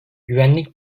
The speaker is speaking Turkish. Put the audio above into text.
güvenlik